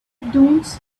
dunes